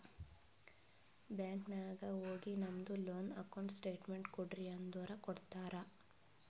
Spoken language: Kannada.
ಬ್ಯಾಂಕ್ ನಾಗ್ ಹೋಗಿ ನಮ್ದು ಲೋನ್ ಅಕೌಂಟ್ ಸ್ಟೇಟ್ಮೆಂಟ್ ಕೋಡ್ರಿ ಅಂದುರ್ ಕೊಡ್ತಾರ್